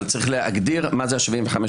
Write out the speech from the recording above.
אבל צריך להגדיר מה זה ה-75%.